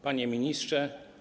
Panie Ministrze!